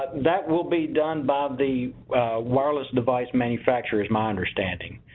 that will be done by the wireless device manufacturer is my understanding.